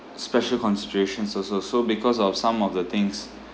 special considerations also so because of some of the things